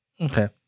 Okay